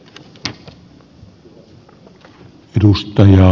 arvoisa puhemies